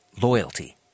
loyalty